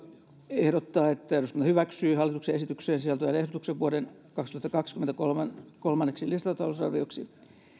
ehdottaa että eduskunta hyväksyy hallituksen esitykseen sisältyvän ehdotuksen vuoden kaksituhattakaksikymmentä kolmanneksi lisätalousarvioksi